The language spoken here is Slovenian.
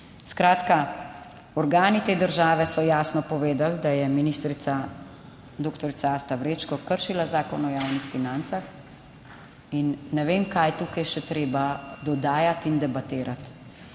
Skratka, organi te države so jasno povedali, da je ministrica, doktorica Asta Vrečko, kršila Zakon o javnih financah in ne vem kaj je tukaj še treba dodajati in debatirati.